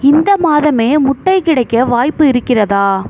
இந்த மாதம் முட்டை கிடைக்க வாய்ப்பு இருக்கிறதா